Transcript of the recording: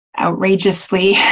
outrageously